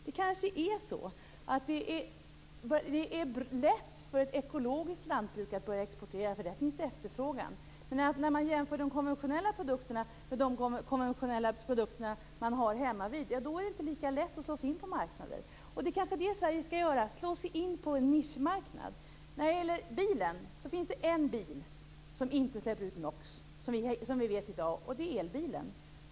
Det kanske är så att det är lätt för ett ekologiskt lantbruk att börja exportera, därför att där finns det efterfrågan. Om man jämför dessa konventionella produkter med dem som finns hemmavid är det inte lika lätt att slå sig in på marknader. Vad Sverige skall göra är kanske att slå sig in på en nischmarknad. När det gäller bilar vill jag säga att det, såvitt vi i dag vet, finns en bil som inte släpper ut NOx, och det är elbilen.